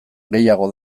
gehiago